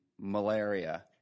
malaria